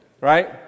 Right